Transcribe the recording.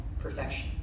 perfection